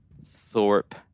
Thorpe